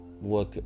work